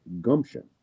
gumption